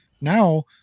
Now